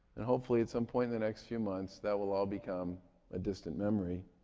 and hopefully at some point in the next few months, that will all become a distant memory.